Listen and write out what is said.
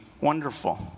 Wonderful